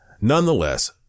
nonetheless